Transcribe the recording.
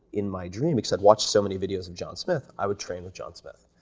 in my dream because i'd watch so many videos of john smith, i would train with john smith.